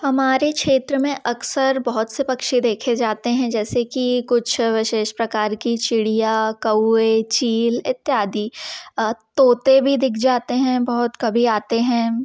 हमारे क्षेत्र में अक्सर बहुत से पक्षी देखे जाते हैं जैसे कि कुछ विशेष प्रकार की चिड़िया कौवे चील इत्यादि तोते भी दिख जाते हैं बहुत कभी आते हैं